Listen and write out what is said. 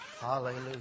Hallelujah